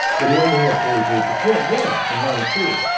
but he only had forty three percent then in ninety two.